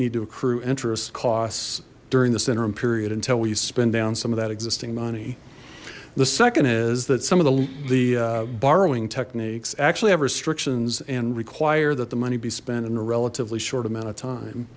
need to accrue interest costs during this interim period until you spend down some of that existing money the second is that some of the borrowing techniques actually have restrictions and require that the money be spent in a relatively short amount of time